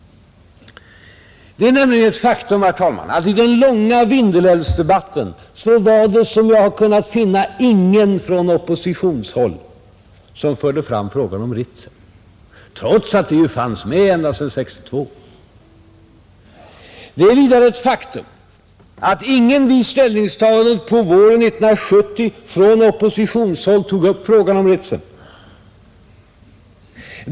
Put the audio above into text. Det är nämligen ett faktum, herr talman, såvitt jag har kunnat finna, att det i den långa Vindelälvsdebatten inte fanns någon från oppositionshåll som förde fram frågan om Ritsem, trots att den fanns med ända sedan 1962. Det är vidare ett faktum att ingen från oppositionshåll vid ställningstagandet på våren 1970 tog upp frågan om Ritsem.